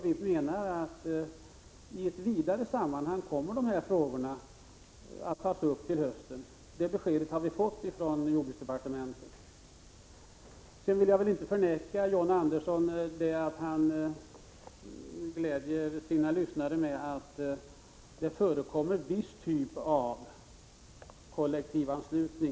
Vi menar att i ett vidare sammanhang kommer de här frågorna att tas upp till hösten — det beskedet har vi fått från jordbruksdepartementet. Sedan vill jag inte förneka att John Andersson glädjer sina lyssnare när han säger att det förekommer en viss typ av kollektivanslutning.